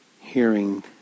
hearing